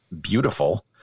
beautiful